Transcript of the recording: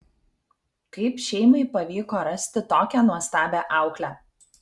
kaip šeimai pavyko rasti tokią nuostabią auklę